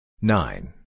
nine